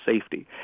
safety